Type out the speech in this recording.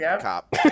Cop